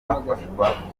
bafashwa